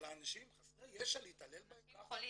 אבל אנשים חסרי ישע להתעלל בהם ככה?